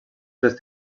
tres